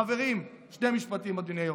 חברים, שני משפטים, אדוני היו"ר,